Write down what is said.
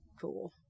cool